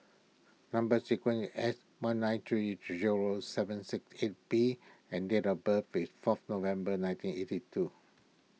Number Sequence is S one nine three zero seven six eight B and date of birth is fourth November nineteen eighty two